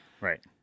right